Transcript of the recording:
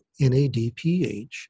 NADPH